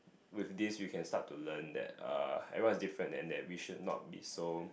with this we can start to learn that uh everyone is different and that we should not be so